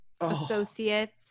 associates